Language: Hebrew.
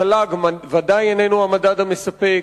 התל"ג בוודאי איננו המדד המספק.